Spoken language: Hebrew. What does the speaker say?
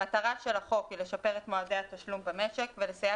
מטרת החוק היא לשפר את מועדי התשלום במשק ולסייע